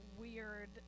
weird